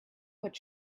put